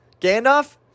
Gandalf